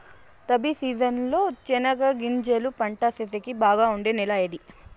Rabi season లో చెనగగింజలు పంట సేసేకి బాగా ఉండే నెల ఏది?